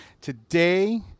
Today